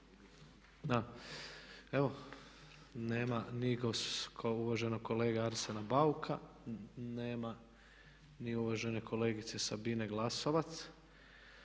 Evo, nema ni uvaženog kolege Arsena Bauka, nema ni uvažene kolegice Sabine Glasovac.